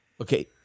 Okay